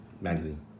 magazine